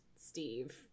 steve